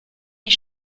ich